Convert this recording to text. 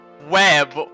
web